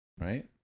right